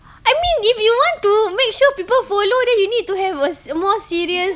I mean if you want to make sure people follow then you need to have a s~ more serious